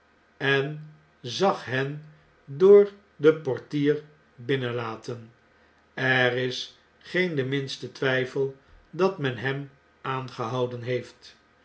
en zag hen door den portier binnenlaten er is geen de minste twgfel dat men hem aangehouden heeft